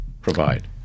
provide